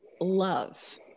love